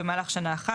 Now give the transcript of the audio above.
במהלך שנה אחת,